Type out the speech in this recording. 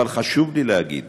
אבל חשוב לי להגיד